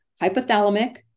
hypothalamic